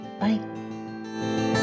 Bye